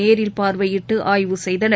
நேரில் பார்வையிட்டு ஆய்வு செய்தனர்